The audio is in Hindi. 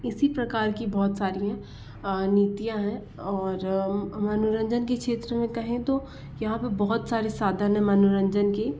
इसी प्रकार की बहुत सारी नीतियां है और मनोरंजन के क्षेत्र में कहे तो यहाँ पे बहुत सारे सावधानी मनोरंजन के